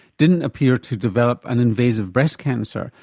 didn't appear to develop an invasive breast cancer.